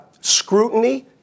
scrutiny